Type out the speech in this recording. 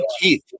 Keith